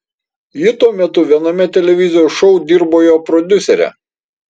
ji tuo metu viename televizijos šou dirbo jo prodiusere